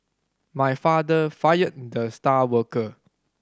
my father fired the star worker